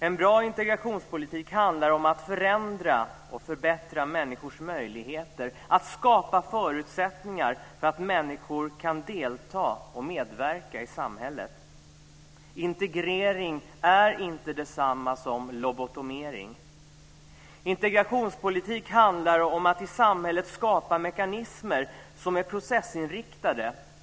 En bra integrationspolitik handlar om att förändra och förbättra människors möjligheter, att skapa förutsättningar för människor att delta och medverka i samhället. Integrering är inte detsamma som lobotomering. Integrationspolitik handlar om att i samhället skapa mekanismer som är processinriktade.